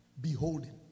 Beholding